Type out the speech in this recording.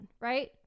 right